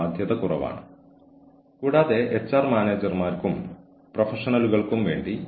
വിട്ടുമാറാത്ത മദ്യപാനവും ജോലിസ്ഥലത്ത് മദ്യപിക്കുന്ന ജീവനക്കാരും തമ്മിലുള്ള വ്യത്യാസം നിങ്ങൾ കണ്ടെത്തേണ്ടതുണ്ട്